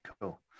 Cool